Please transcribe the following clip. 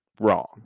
wrong